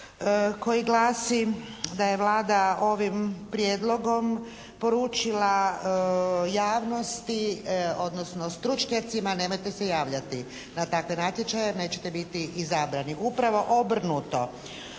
koji glasi da je Vlada ovim prijedlogom poručila javnosti odnosno stručnjacima nemojte se javljati na takve natječaje jer nećete biti izabrani. Upravo obrnuto.